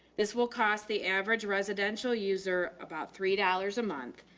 this will cost the average residential user about three dollars a month,